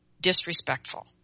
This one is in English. disrespectful